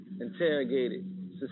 interrogated